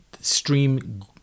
stream